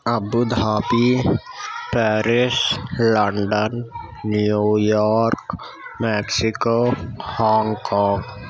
Abu Dhabi Paris London New York Mexico Hong Kong